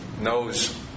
Knows